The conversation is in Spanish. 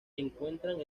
encuentran